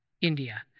India